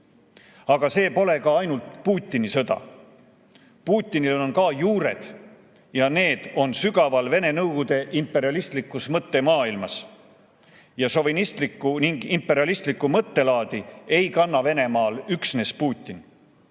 Aga see pole ka ainult Putini sõda. Putinil on ka juured ja need on sügaval Vene-Nõukogude imperialistlikus mõttemaailmas, šovinistlikku ja imperialistlikku mõttelaadi ei kanna Venemaal üksnes Putin.